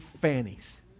fannies